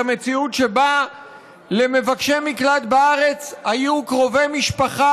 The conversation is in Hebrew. את המציאות שבה למבקשי מקלט בארץ היו קרובי משפחה